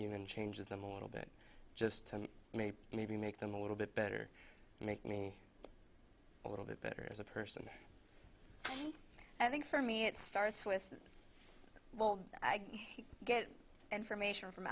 even changes them a little bit just to me and maybe make them a little bit better and make me a little bit better as a person and i think for me it starts with well i get information from